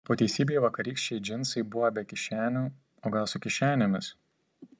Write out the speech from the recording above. po teisybei vakarykščiai džinsai buvo be kišenių o gal su kišenėmis